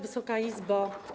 Wysoka Izbo!